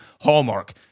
Hallmark